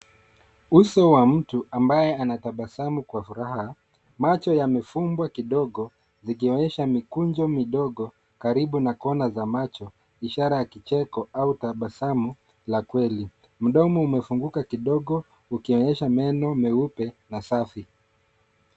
Uso wa mtu ambaye anatabasamu kwa furaha macho yamefumbwa kidogo zikionyesha mikunjo midogo karibu na kona za macho ishara ya kicheko au tabasamu la kweli. Mdomo umefunguka kidogo ukionyesha meno meupe na safi.